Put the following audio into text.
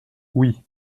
oui